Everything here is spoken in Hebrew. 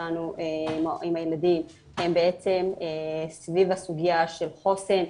שלנו עם הילדים הן בעצם סביב הסוגיה של חוסן,